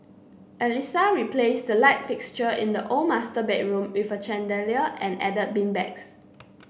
Alissa replaced the light fixture in the old master bedroom with a chandelier and added beanbags